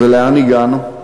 ולאן הגענו?